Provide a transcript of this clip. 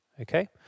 Okay